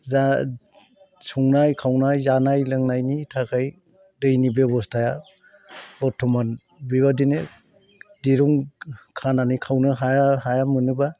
जा संनाय खावनाय जानाय लोंनायनि थाखै दैनि बेब'स्थाया बर्थमान बिबादिनो दिरुं खानानै खावनो हाया हाया मोनोब्ला